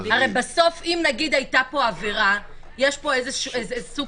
הרי בסוף אם הייתה עבירה יש פה סוג